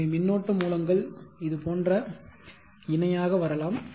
எனவே மின்னோட்ட மூலங்கள் இது போன்ற இணையாக வரலாம்